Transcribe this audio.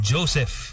Joseph